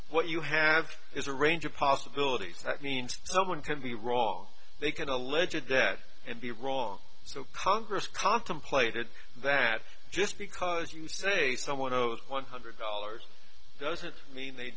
what you have is a range of possibilities that means someone can be wrong they can allege a debt and be wrong so congress contemplated that just because you say someone owes one hundred dollars doesn't mean they